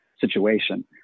situation